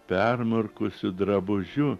permirkusiu drabužiu